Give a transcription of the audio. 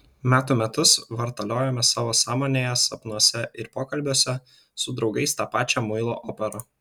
metų metus vartaliojame savo sąmonėje sapnuose ir pokalbiuose su draugais tą pačią muilo operą